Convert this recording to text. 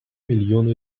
мільйона